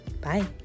Bye